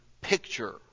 picture